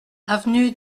avenue